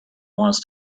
wants